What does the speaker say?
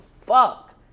fuck